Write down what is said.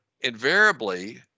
invariably